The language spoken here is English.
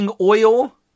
oil